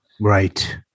Right